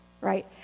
right